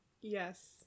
Yes